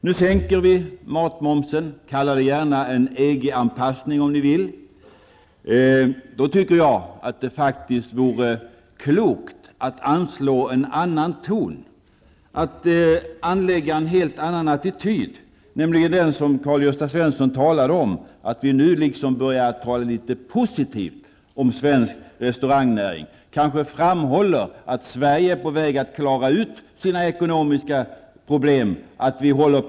Nu sänks matmomsen. Kalla det gärna en EG anpassning, om ni vill. Det vore faktiskt klokt att anslå en annan ton, anlägga en helt annan attityd, nämligen den som Karl-Gösta Svenson uttalade. Vi skall börja tala litet positivt om svensk restaurangnäring och framhålla att Sverige är på väg att klara ut de ekonomiska problemen.